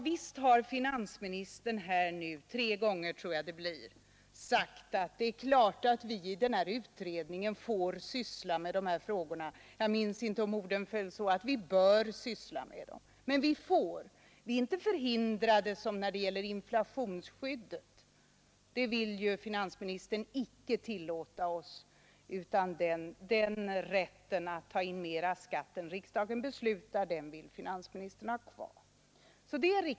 Visst har finansministern här tre gånger sagt att det är klart att vi i den här utredningen får syssla med dessa frågor — jag minns inte om orden föll så att vi bör syssla med dem, men vi får. Vi är inte förhindrade som när det gäller inflationsskyddet. Det vill ju finansministern icke tillåta oss, utan möjligheten att ta in mera skatt än riksdagen beslutar vill finansministern ha kvar.